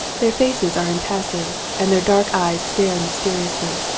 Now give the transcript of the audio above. their faces are impassive and their dark eyes stare mysteriously.